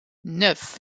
neuf